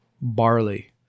barley